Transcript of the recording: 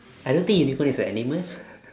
I don't think unicorn is a animal